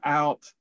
out